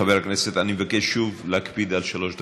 חברי הכנסת, אני מבקש שוב להקפיד על שלוש דקות.